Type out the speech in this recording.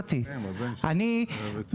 אני כבר גמרתי,